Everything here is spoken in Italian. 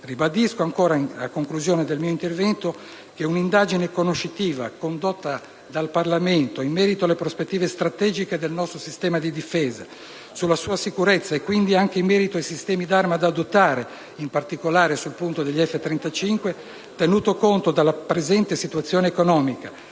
Ribadisco, a conclusione del mio intervento, che un'indagine conoscitiva condotta dal Parlamento in merito alle prospettive strategiche del nostro sistema di difesa, sulla sua sicurezza e quindi anche in merito ai sistemi d'arma da adottare (in particolare sul punto degli F-35), tenuto conto della presente situazione economica,